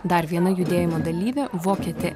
dar viena judėjimo dalyvė vokietė